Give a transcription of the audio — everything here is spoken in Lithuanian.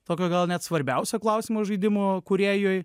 tokio gal net svarbiausio klausimo žaidimo kūrėjui